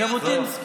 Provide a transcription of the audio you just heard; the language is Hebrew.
ז'בוטינסקי.